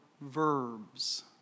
verbs